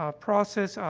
um process. ah,